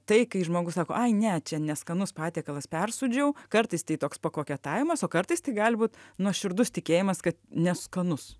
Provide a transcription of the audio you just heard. tai kai žmogus sako ai ne čia neskanus patiekalas persūdžiau kartais tai toks koketavimas o kartais tai gali būt nuoširdus tikėjimas kad neskanus